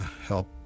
help